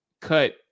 cut